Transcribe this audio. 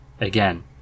again